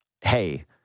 Hey